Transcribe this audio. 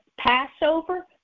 Passover